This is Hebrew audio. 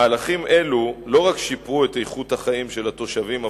מהלכים אלה לא רק שיפרו את איכות החיים של התושבים הפלסטינים,